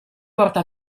porta